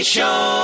Show